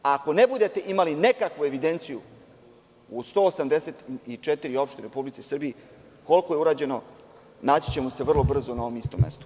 Ako ne budete imali nekakvu evidenciju u 184 opštine u Republici Srbiji koliko je urađeno naći ćemo se vrlo brzo na ovom istom mestu.